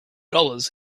dollars